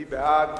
מי בעד?